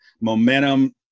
momentum